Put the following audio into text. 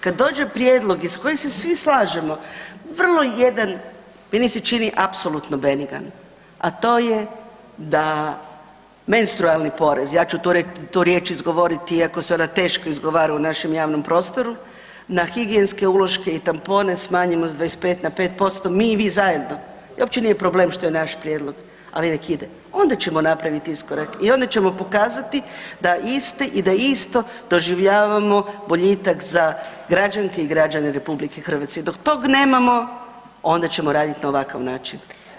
Kad dođe prijedlog iz kojeg se svi slažemo, vrlo jedan meni se čini apsolutno benigan, a to je da menstrualni porez, ja ću tu riječ izgovoriti iako se ona teško izgovara u našem javnom prostoru, na higijenske uloške i tampone smanjimo sa 25 na 5% mi i vi zajedno i uopće nije problem što je naš prijedlog, ali nek ide onda ćemo napraviti iskorak i onda ćemo pokazati da iste i da isto doživljavamo boljitak za građanke i građane RH, dok to nemamo onda ćemo raditi na ovakav način.